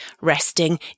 resting